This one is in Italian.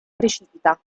precipita